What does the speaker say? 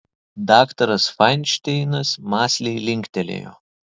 daktaras fainšteinas mąsliai linktelėjo